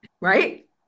Right